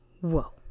Whoa